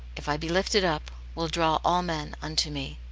if i be lifted up, will draw all men unto me.